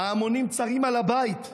"ההמונים צרים על הבית,